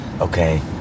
Okay